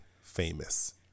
Famous